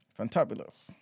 Fantabulous